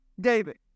David